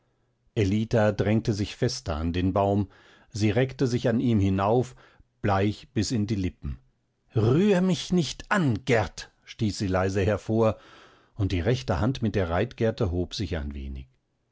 ellita drängte sich fester an den baum sie reckte sich an ihm hinauf bleich bis in die lippen rühr mich nicht an gert stieß sie leise hervor und die rechte hand mit der reitgerte hob sich ein wenig